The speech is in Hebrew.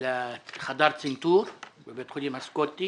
עבור חדר צנתור, לבית החולים הסקוטי